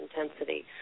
intensity